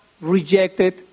rejected